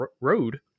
road